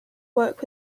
work